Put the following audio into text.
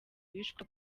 wishwe